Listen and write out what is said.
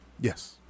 Yes